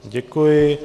Děkuji.